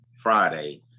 friday